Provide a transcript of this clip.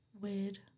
weird